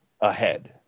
ahead